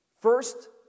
First